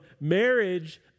marriage